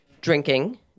drinking